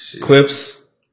Clips